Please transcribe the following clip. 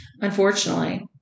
unfortunately